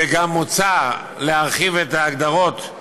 וגם מוצע להרחיב את ההגדרות: